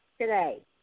today